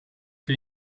che